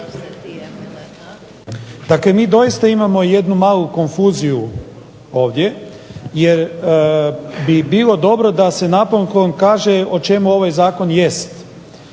Dakle mi doista imamo jednu malu konfuziju ovdje jer bi bilo dobro da se napokon kaže o čemu ovaj Zakon jeste.